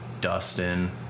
Dustin